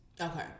Okay